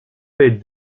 faits